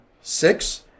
six